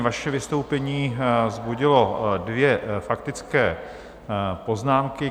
Vaše vystoupení vzbudilo dvě faktické poznámky.